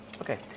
Okay